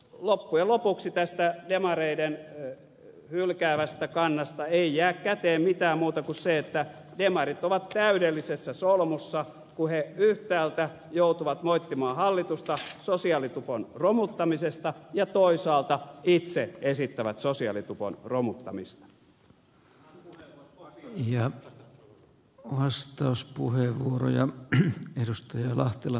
loppujen lopuksi tästä demareiden hylkäävästä kannasta ei jää käteen mitään muuta kuin se että demarit ovat täydellisessä solmussa kun he yhtäältä joutuvat moittimaan hallitusta sosiaalitupon romuttamisesta ja toisaalta itse esittävät sosiaalitupon romuttamista